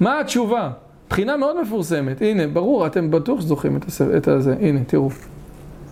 מה התשובה? בחינה מאוד מפורסמת. הנה, ברור, אתם בטוח זוכרים את זה, הנה, תראו.